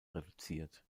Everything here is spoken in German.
reduziert